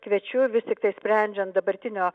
kviečiu vis tiktai sprendžiant dabartinio